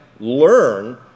learn